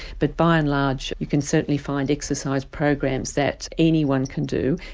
but by and large you can certainly find exercise programs that anyone can do,